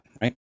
right